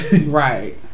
Right